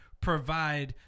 provide